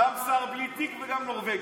גם שר בלי תיק וגם נורבגי.